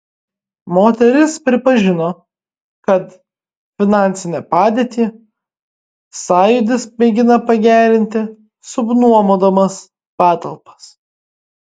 moteris pripažino kad finansinę padėtį sąjūdis mėgina pagerinti subnuomodamas patalpas